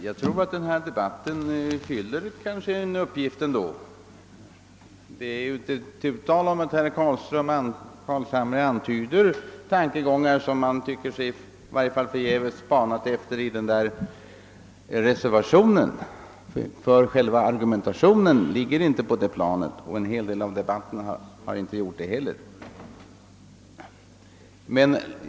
Herr talman! Denna debatt fyller nog ändå en viss uppgift. Herr Carlshamre har här utan tvivel givit uttryck åt tankegångar som man får spana förgäves efter i reservationen 1, där argumentationen inte ligger på samma plan. Det har inte heller debatten i övrigt giort.